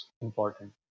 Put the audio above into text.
important